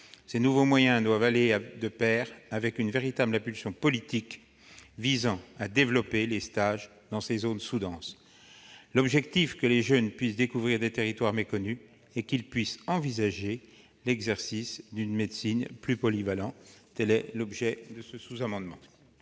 Ces nouveaux moyens doivent aller de pair avec une véritable impulsion politique visant à développer les stages dans ces zones sous-denses. L'objectif est que les jeunes puissent découvrir des territoires méconnus et envisager l'exercice d'une médecine plus polyvalente. Le sous-amendement